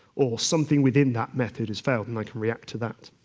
or something within that method has failed and i can react to that.